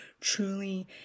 truly